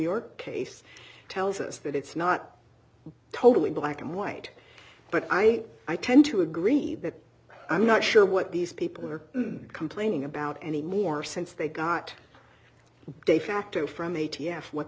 york case tells us that it's not totally black and white but i i tend to agree that i'm not sure what these people are complaining about anymore since they got de facto from